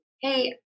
hey